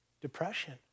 depression